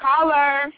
Caller